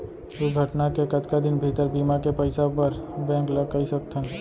दुर्घटना के कतका दिन भीतर बीमा के पइसा बर बैंक ल कई सकथन?